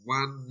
one